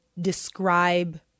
describe